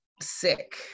sick